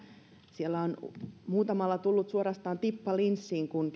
siellä on muutamalla tullut suorastaan tippa linssiin kun